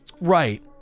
Right